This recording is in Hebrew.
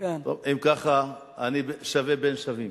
אם ככה, אני שווה בין שווים.